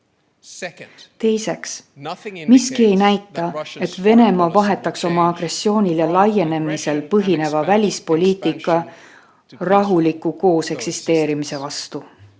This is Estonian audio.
Teiseks, miski ei näita, et Venemaa vahetaks oma agressioonil ja laienemisel põhineva välispoliitika rahuliku kooseksisteerimise vastu.